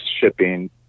shipping